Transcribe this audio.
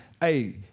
Hey